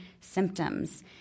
symptoms